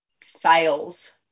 fails